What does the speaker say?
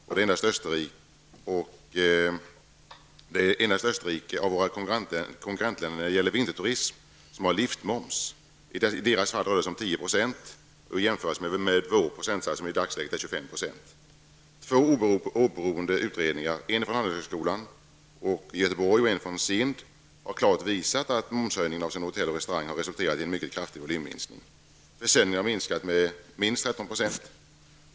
Av våra konkurrentländer när det gäller vinterturism är det endast Österrike som har liftmoms. I deras fall rör det sig om 10 %, vilket skall jämföras med momsen i Sverige, som i dagsläget ligger på 25 %. har klart visat att momshöjningen avseende hotelloch restaurangtjänster har resulterat i en mycket kraftig volymminskning. Försäljningen har minskat med minst 13 %.